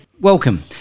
Welcome